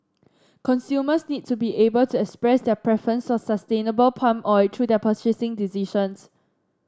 consumers need to be able to express their preference sustainable palm oil through their purchasing decisions